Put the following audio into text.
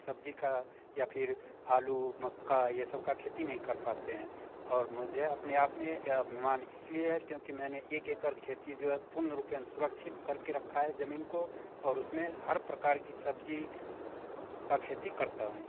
सब्ज़ी का या फिर आलू मक्का ये सब का खेती नहीं कर पाते हैं और मुझे अपने आप में यह अभिमान इस लिए है क्योंकि मैंने एक एकड़ खेती जो है पूर्ण रूपेन सुरक्षित कर के रखा है ज़मीन को और उस में हर प्रकार की सब्ज़ी की खेती करता हूँ